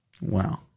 Wow